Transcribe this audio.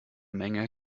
menge